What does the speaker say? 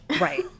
Right